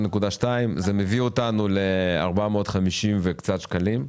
זה מביא אותנו לקצת יותר מ-450 שקלים.